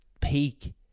peak